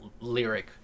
lyric